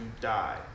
die